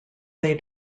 they